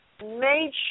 made